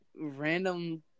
random